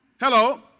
Hello